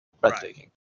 breathtaking